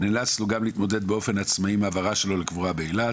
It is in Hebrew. נאלצנו גם להתמודד באופן עצמאי עם העברה שלו לקבורה באילת.